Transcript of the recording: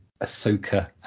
Ahsoka